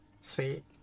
Sweet